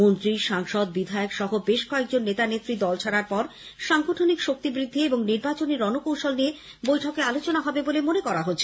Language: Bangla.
মন্ত্রী সাংসদ বিধায়ক সহ বেশ কয়েকজন নেতানেত্রী দল ছাড়ার পর সাংগঠনিক শক্তিবৃদ্ধি এবং নির্বাচনী রণকৌশল নিয়ে বৈঠকে আলোচনা হবে বলে মনে করা হচ্ছে